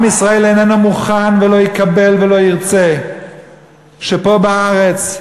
עם ישראל איננו מוכן ולא יקבל ולא ירצה שפה, בארץ,